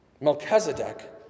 Melchizedek